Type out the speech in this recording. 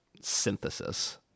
synthesis